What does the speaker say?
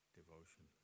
devotion